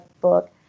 book